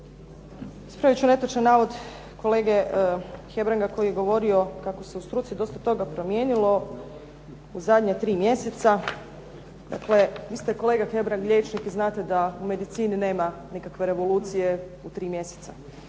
Ispraviti ću netočan navod kolege Hebranga koji je govorio kako se u struci dosta toga promijenilo u zadnja 3 mjeseca. Dakle, vi ste kolega Hebrang liječnik i znate da u medicini nema nikakve revolucije u 3 mjeseca.